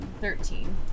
Thirteen